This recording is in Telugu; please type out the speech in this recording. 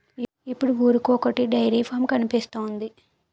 ఇప్పుడు ఊరికొకొటి డైరీ ఫాం కనిపిస్తోంది